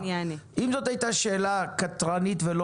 אם זאת הייתה שאלה קנטרנית ולא